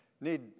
need